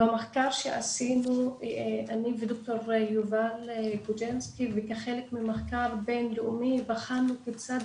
במחקר שעשינו אני וד"ר יובל גוז'נסקי וכחלק ממחקר בין לאומי בחנו כיצד